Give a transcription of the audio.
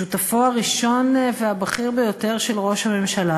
שותפו הראשון והבכיר ביותר של ראש הממשלה,